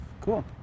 Cool